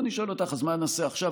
ואני שואל אותך: אז מה נעשה עכשיו?